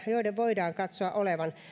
joiden voidaan katsoa olevan